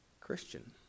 Christian